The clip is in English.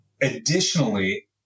Additionally